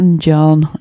John